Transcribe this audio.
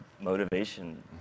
motivation